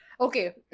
okay